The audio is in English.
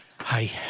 Hi